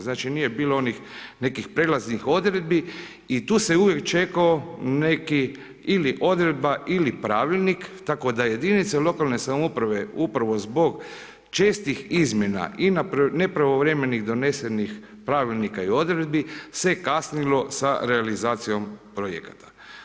Znači nije bilo onih nekih prijelaznih odredbi i tu se uvijek čekao neki ili odredba ili pravilnik tako da jedinice lokalne samouprave upravo zbog čestih izmjena i na nepravovremenim donesenih pravilnika i odredbi se kasnilo sa realizacijom projekata.